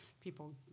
people